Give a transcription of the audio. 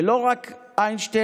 ולא רק איינשטיין,